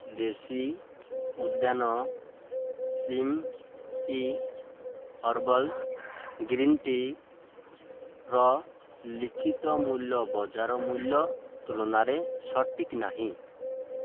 ଦେଶୀ Udyan slim tea herbal green ଟି'ର ଲିଖିତ ମୂଲ୍ୟ ବଜାର ମୂଲ୍ୟ ତୁଳନାରେ ସଠିକ୍ ନାହିଁ